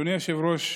אדוני היושב-ראש,